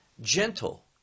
Gentle